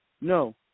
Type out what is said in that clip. No